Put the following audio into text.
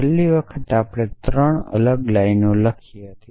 છેલ્લી વખતે આપણે ત્રણ અલગ લાઇનો લખી હતી